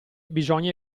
bisogna